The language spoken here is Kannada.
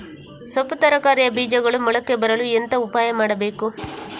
ಸೊಪ್ಪು ತರಕಾರಿಯ ಬೀಜಗಳು ಮೊಳಕೆ ಬರಲು ಎಂತ ಉಪಾಯ ಮಾಡಬೇಕು?